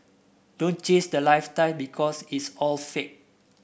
don't chase the lifestyle because it's all fake